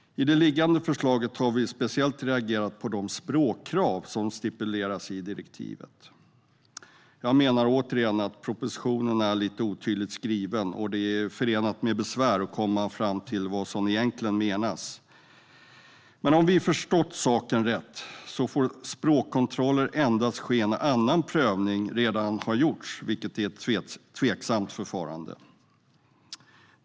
I det föreliggande förslaget har vi speciellt reagerat på de språkkrav som stipuleras i direktivet. Jag menar återigen att propositionen är otydligt skriven, och det är förenat med besvär att komma fram till vad som egentligen menas. Men om vi har förstått saken rätt får språkkontroller endast ske när annan prövning redan har gjorts, vilket är ett tveksamt förfarande.